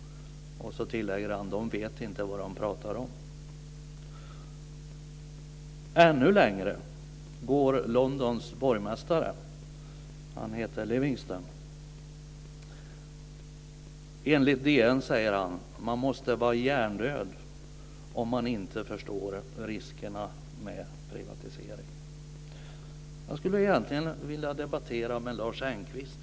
Så tilläger han: "De vet inte vad de pratar om." Ännu längre går Londons borgmästare. Han heter Livingstone. Enligt DN säger han att man måste vara hjärndöd om man inte förstår riskerna med privatisering. Jag skulle egentligen vilja debattera med Lars Engqvist.